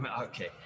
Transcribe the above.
Okay